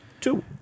Two